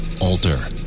alter